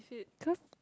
cause